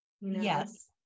yes